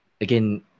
again